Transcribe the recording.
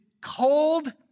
cold